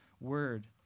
word